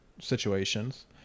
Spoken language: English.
situations